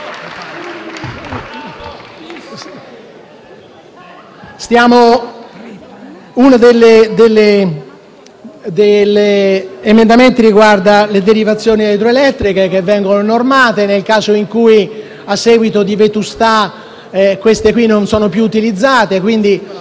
FI-BP)*. Uno degli emendamenti riguarda le derivazioni idroelettriche, che vengono normate, nel caso in cui, a seguito di vetustà, esse non siano più utilizzate e quindi